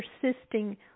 persisting